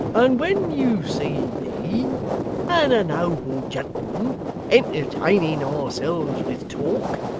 and when you see me and a noble gentleman entertaining ourselves with talk,